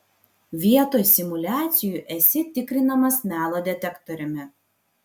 vietoj simuliacijų esi tikrinamas melo detektoriumi